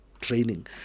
training